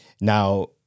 now